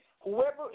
Whoever